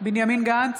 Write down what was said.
בנימין גנץ,